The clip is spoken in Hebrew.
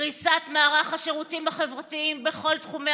קריסת מערך השירותים החברתיים בכל תחומי